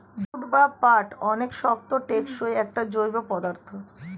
jute বা পাট অনেক শক্ত, টেকসই একটা জৈব পদার্থ